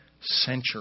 century